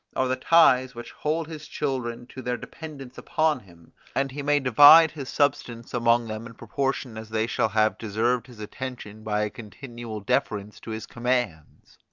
are the ties which hold his children to their dependence upon him, and he may divide his substance among them in proportion as they shall have deserved his attention by a continual deference to his commands.